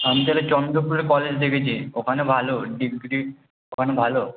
আমি তাহলে চন্দ্রপুরে কলেজ দেখেছি ওখানে ভালো ডিগ্রি ওখানে ভালো